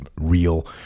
real